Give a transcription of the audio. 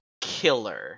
Killer